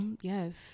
Yes